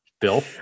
Bill